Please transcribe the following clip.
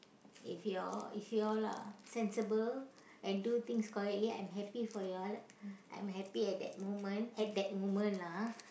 if you all if you all are sensible and do things correctly I'm happy for you all I'm happy at that moment at that moment lah ah